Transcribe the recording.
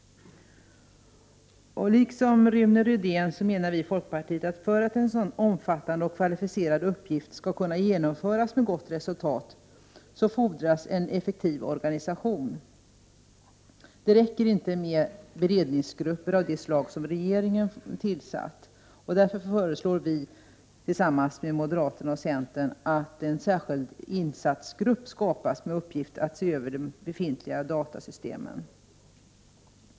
Liksom Rune Rydén menar vi i folkpartiet att för att en sådan omfattande och kvalificerad uppgift skall kunna genomföras med gott resultat fordras en effektiv organisation. Det räcker inte med beredningsgrupper av det slag som regeringen tillsatt. Därför föreslår vi tillsammans med moderaterna och centern att en särskild insatsgrupp skapas med uppgift att se över de befintliga datasystemen.